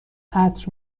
عطر